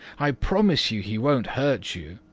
i promise you he won't hurt you,